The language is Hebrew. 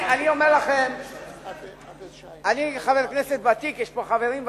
אני חבר הכנסת ותיק, ויש פה חברים ותיקים,